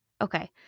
Okay